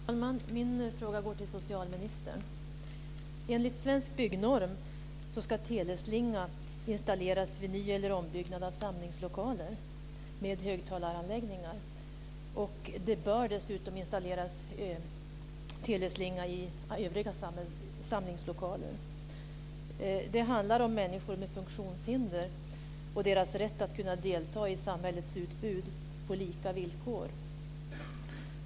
Herr talman! Min fråga går till socialministern. Enligt svensk byggnorm ska teleslinga installeras vid ny eller ombyggnad av samlingslokaler med högtalaranläggningar. Det bör dessutom installeras teleslinga i övriga samlingslokaler. Det handlar om människor med funktionshinder och deras rätt att kunna delta i samhällets utbud på lika villkor.